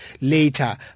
later